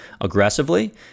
aggressively